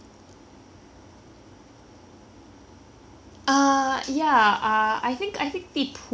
uh yeah ah I think I think the pool is very well maintained um